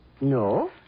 No